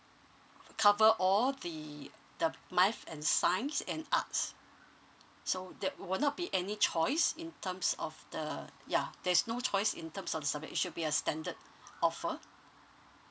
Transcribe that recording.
cover all the the math and science and arts so that will not be any choice in terms of the ya there's no choice in terms of the subject it should be a standard offer